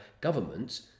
governments